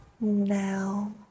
Now